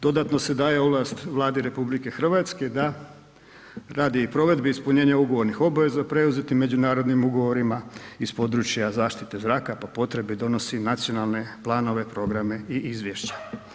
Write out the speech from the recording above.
Dodatno se daje ovlast Vladi RH da radi provedbe i ispunjenja ugovornih obaveza preuzetim međunarodnim ugovorima iz područja zaštite zraka, po potrebi donosi i nacionalne planove, programe i izvješća.